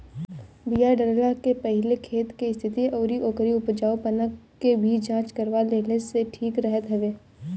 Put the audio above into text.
बिया डालला के पहिले खेत के स्थिति अउरी ओकरी उपजाऊपना के भी जांच करवा लेहला से ठीक रहत हवे